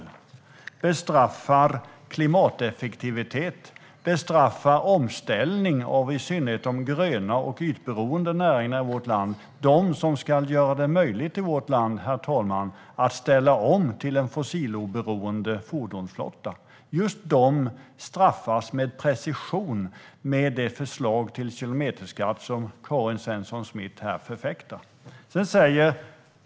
Det bestraffar klimateffektivitet och omställning av i synnerhet de gröna och ytberoende näringarna i vårt land. Det är de, herr talman, som ska göra det möjligt att ställa om till en fossiloberoende fordonsflotta i vårt land. Just de straffas med precision i och med det förslag till kilometerskatt som Karin Svensson Smith här förfäktar.